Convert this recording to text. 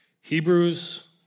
Hebrews